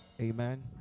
Amen